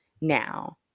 Now